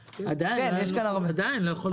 עדיין, אנחנו לא יכולים להצביע.